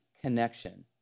connection